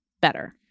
better